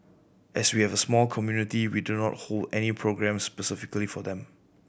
as we have a small community we do not hold any programmes specifically for them